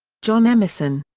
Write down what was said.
john emerson.